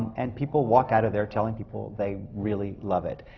and people walk out of there telling people they really love it.